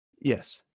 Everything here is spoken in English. Yes